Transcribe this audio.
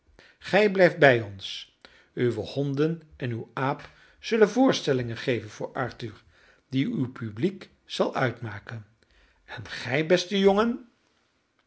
gij blijft bij ons uwe honden en uw aap zullen voorstellingen geven voor arthur die uw publiek zal uitmaken en gij beste jongen